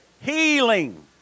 Healing